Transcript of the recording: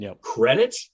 credit